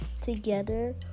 together